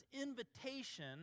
invitation